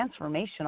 transformational